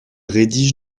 rédige